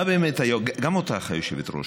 גם אותך, היושבת-ראש: